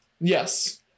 Yes